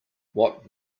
what